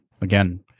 again